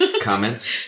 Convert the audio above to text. Comments